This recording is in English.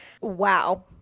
Wow